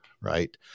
right